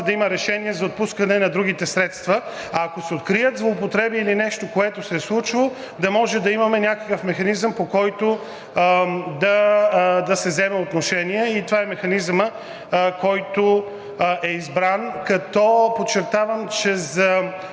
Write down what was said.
да има решение за отпускане на другите средства. Ако се открият злоупотреби или нещо, което се е случвало, да може да имаме някакъв механизъм, по който да се вземе отношение. Това е механизмът, който е избран, като подчертавам, че за